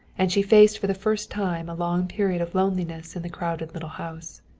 and she faced for the first time a long period of loneliness in the crowded little house.